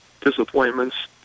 disappointments